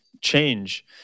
change